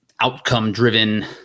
outcome-driven